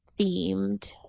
themed